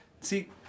See